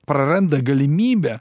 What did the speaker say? praranda galimybę